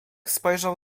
spojrzał